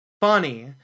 funny